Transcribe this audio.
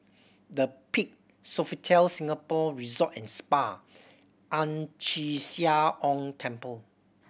The Peak Sofitel Singapore Resort and Spa Ang Chee Sia Ong Temple